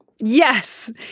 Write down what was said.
Yes